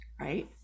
right